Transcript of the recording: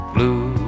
Blue